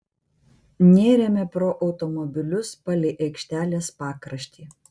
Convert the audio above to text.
nėrėme pro automobilius palei aikštelės pakraštį